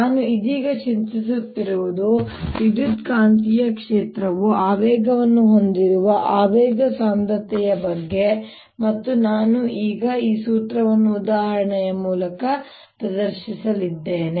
ನಾನು ಇದೀಗ ಚಿಂತಿಸುತ್ತಿರುವುದು ವಿದ್ಯುತ್ಕಾಂತೀಯ ಕ್ಷೇತ್ರವು ಆವೇಗವನ್ನು ಹೊಂದಿರುವ ಆವೇಗ ಸಾಂದ್ರತೆಯ ಬಗ್ಗೆ ಮತ್ತು ನಾನು ಈಗ ಈ ಸೂತ್ರವನ್ನು ಉದಾಹರಣೆಯ ಮೂಲಕ ಪ್ರದರ್ಶಿಸಲಿದ್ದೇನೆ